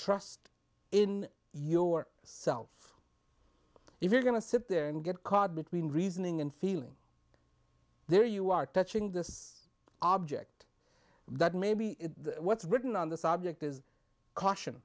trust in your self if you're going to sit there and get caught between reasoning and feeling there you are touching the object that maybe what's written on the subject is caution